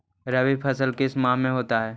रवि फसल किस माह में होते हैं?